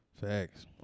Facts